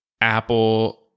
Apple